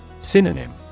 Synonym